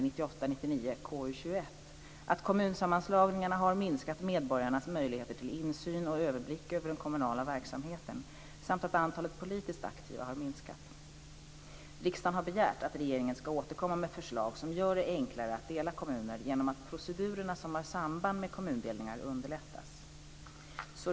1998/99:KU21 att kommunsammanslagningarna har minskat medborgarnas möjligheter till insyn och överblick över den kommunala verksamheten samt att antalet politiskt aktiva minskat. Riksdagen har begärt att regeringen ska återkomma med förslag som gör det enklare att dela kommuner genom att procedurerna som har samband med kommundelningar underlättas.